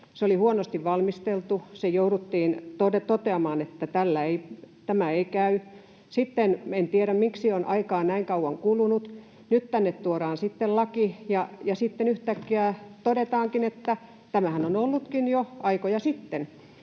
Se oli huonosti valmisteltu, jouduttiin toteamaan, että tämä ei käy. En tiedä, miksi on aikaa näin kauan kulunut. Nyt tänne sitten tuodaan laki, ja sitten yhtäkkiä todetaankin, että tämähän on ollutkin jo aikoja sitten.